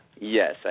Yes